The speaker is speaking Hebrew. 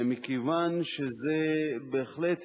מכיוון שזה בהחלט,